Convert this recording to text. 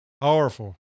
Powerful